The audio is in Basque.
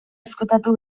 ezkutatu